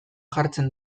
jartzen